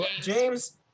James